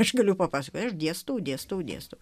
aš galiu papasakoti aš dėstau dėstau dėstau